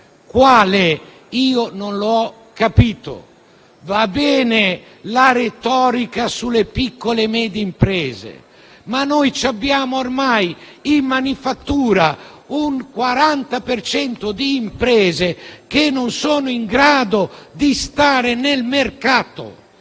mente. Io non l'ho capito. Va bene la retorica sulle piccole e medie imprese, ma noi abbiamo in manifattura ormai un 40 per cento di imprese che non sono in grado di stare nel mercato.